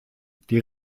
die